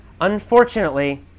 Unfortunately